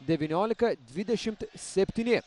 devyniolika dvidešim septyni